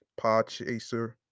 Podchaser